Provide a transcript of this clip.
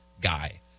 guy